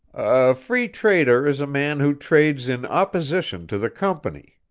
a free trader is a man who trades in opposition to the company,